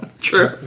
True